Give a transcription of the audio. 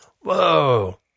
whoa